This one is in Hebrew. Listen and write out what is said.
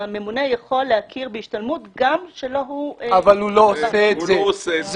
הממונה יכול להכיר בהשתלמות גם כשהוא --- הוא לא עושה את זה.